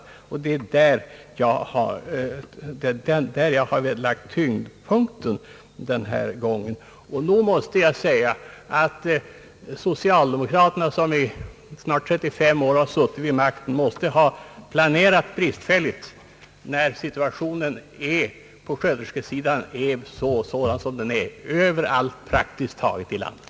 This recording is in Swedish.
Det är på detta jag har lagt tyngdpunkten den här gången. Socialdemokraterna, som i 35 år suttit vid makten, måste ha planerat bristfälligt, när situationen på sköterskesidan är sådan som den är praktiskt taget överallt i landet.